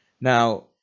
Now